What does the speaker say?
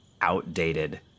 outdated